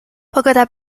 pogoda